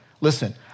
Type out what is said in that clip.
Listen